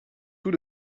tout